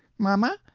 mamma,